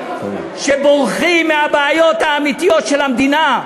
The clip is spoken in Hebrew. סבורים שבורחים מהבעיות האמיתיות של המדינה.